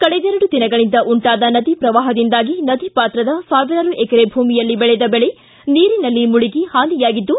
ಕಳೆದೆರಡು ದಿನಗಳಿಂದ ಉಂಟಾದ ನದಿ ಪ್ರವಾಸದಿಂದಾಗಿ ನದಿ ಪಾತ್ರದ ಸಾವಿರಾರು ಎಕರೆ ಭೂಮಿಯಲ್ಲಿ ಬೆಳೆದ ಬೆಳೆ ನೀರಿನಲ್ಲಿ ಮುಳುಗಿ ಪಾನಿಯಾಗಿದ್ದು